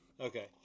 Okay